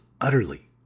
utterly